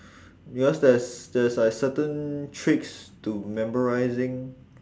because there's there's like certain tricks to memorising